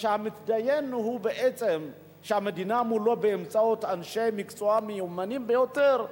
מול המתדיין, באמצעות אנשי מקצוע מיומנים ביותר,